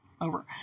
over